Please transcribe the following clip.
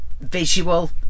visual